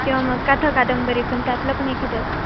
किंवा मग कथा कादंबरी पण त्यातलं पण एखादं